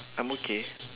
I'm okay